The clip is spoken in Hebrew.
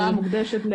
ברמה האישית,